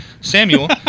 Samuel